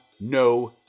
no